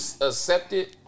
Accepted